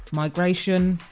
migration,